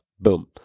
Boom